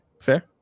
Fair